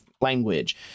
Language